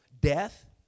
death